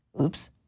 Oops